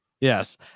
Yes